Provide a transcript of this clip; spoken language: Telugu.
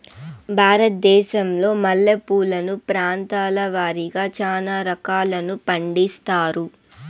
భారతదేశంలో మల్లె పూలను ప్రాంతాల వారిగా చానా రకాలను పండిస్తారు